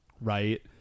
right